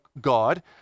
god